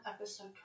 Episode